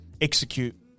Execute